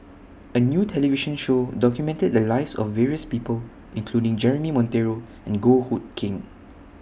A New television Show documented The Lives of various People including Jeremy Monteiro and Goh Hood Keng